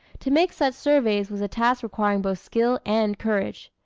to make such surveys was a task requiring both skill and courage.